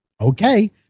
okay